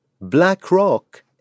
BlackRock